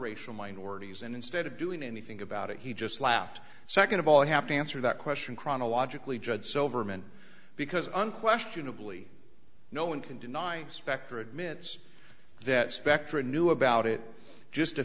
racial minorities and instead of doing anything about it he just laughed second of all i have to answer that question chronologically judd so verman because unquestionably no one can deny specter admits that spectra knew about it just a